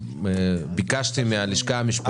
ביקשתי מהלשכה המשפטית